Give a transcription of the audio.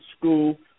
school